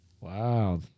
Wow